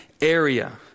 area